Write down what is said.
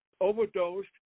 overdosed